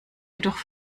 jedoch